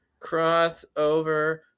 Crossover